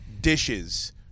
dishes